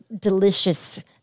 delicious